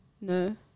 No